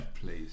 please